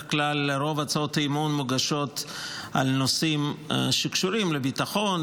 כלל רוב הצעות האי-אמון מוגשות על נושאים שקשורים לביטחון,